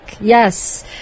yes